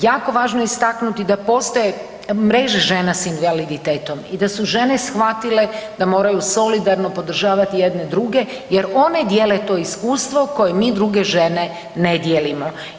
Jako važno je istaknuti da postoje mreže žena s invaliditetom i da su žene shvatile da moraju solidarno podržavati jedne druge jer one dijele to iskustvo koje mi druge žene ne dijelimo.